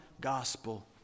gospel